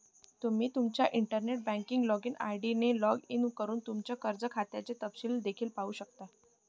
तुम्ही तुमच्या internet banking login ID ने लॉग इन करून तुमच्या कर्ज खात्याचे तपशील देखील पाहू शकता